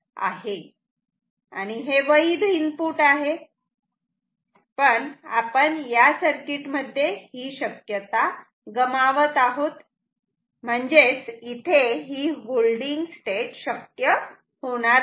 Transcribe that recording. आणि हे वैध इनपुट आहे पण आपण या सर्किटमध्ये ही शक्यता गमावत आहोत म्हणजेच इथे होल्डिंग स्टेट शक्य नाही